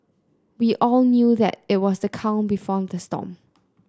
we all knew that it was the calm before the storm